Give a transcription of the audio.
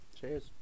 cheers